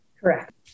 Correct